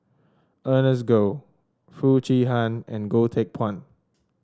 Ernest Goh Foo Chee Han and Goh Teck Phuan